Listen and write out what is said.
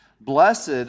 Blessed